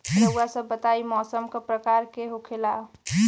रउआ सभ बताई मौसम क प्रकार के होखेला?